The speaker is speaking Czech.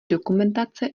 dokumentace